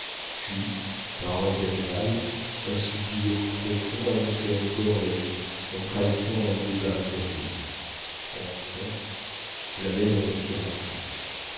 puis par intervalles un soupir profond annonçait encore la vie en trahissant un débat intérieur enfin la mère ne respira plus